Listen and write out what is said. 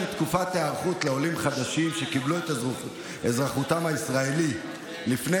תקופת היערכות לעולים חדשים שקיבלו את אזרחותם הישראלית לפני